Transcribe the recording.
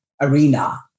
arena